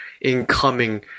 incoming